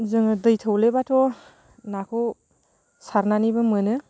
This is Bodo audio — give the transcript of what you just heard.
जोङो दै थौलेबाथ' नाखौ सारनानैबो मोनो